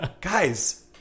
guys